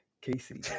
casey